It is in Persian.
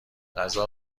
غذا